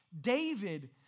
David